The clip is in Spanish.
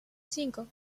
cinco